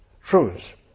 truths